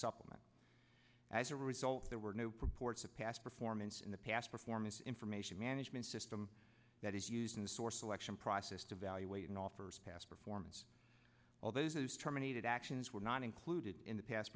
supplement as a result there were no reports of past performance in the past performance information management system that is used in the source election process to evaluating offers past performance although this is terminated actions were not included in the past